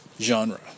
genre